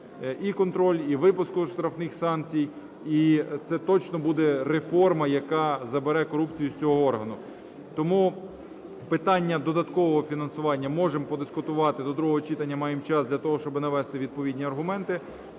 і контроль, і випуск штрафних санкцій. І це точно буде реформа, яка забере корупцію з цього органу. Тому питання додаткового фінансування можемо подискутувати, до другого читання маємо час для того, щоби навести відповідні аргументи.